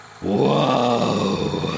Whoa